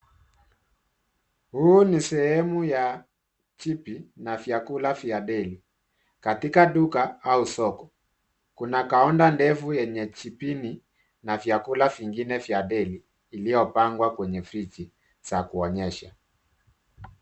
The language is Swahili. Hii ni sehemu ya chipi na vyakula vya deli katika duka au soko. Kuna kaunda ndefu yenye chipi na vyakula vingine vya deli vilivyo pangwa kwenye friji za kuonyesha.